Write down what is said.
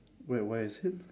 wait what is it